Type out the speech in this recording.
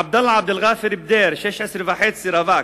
עבדאללה עבד ע'אפר בדיר, 16.5, רווק,